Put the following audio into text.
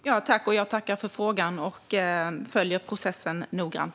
Fru talman! Jag tackar för frågan och följer såklart processen noggrant.